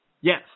Yes